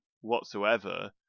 whatsoever